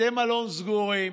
בתי מלון סגורים,